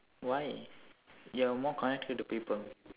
why you're more connected to people